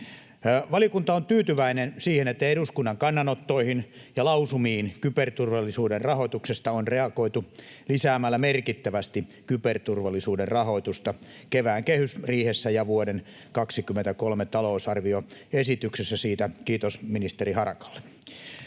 Valiokunta on tyytyväinen siihen, että eduskunnan kannanottoihin ja lausumiin kyberturvallisuuden rahoituksesta on reagoitu lisäämällä merkittävästi kyberturvallisuuden rahoitusta kevään kehysriihessä ja vuoden 23 talousarvioesityksessä — siitä kiitos ministeri Harakalle.